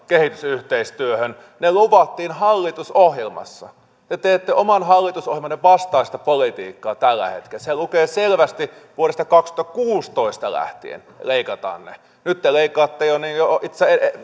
kehitysyhteistyöhön ne luvattiin hallitusohjelmassa te te teette oman hallitusohjelmanne vastaista politiikkaa tällä hetkellä siellä lukee selvästi että vuodesta kaksituhattakuusitoista lähtien leikataan ne nyt te leikkaatte niitä itse asiassa jo